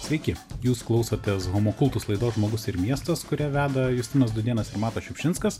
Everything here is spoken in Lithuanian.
sveiki jūs klausotės homo cultus laidos žmogus ir miestas kurią veda justinas dūdėnas ir matas šiupšinskas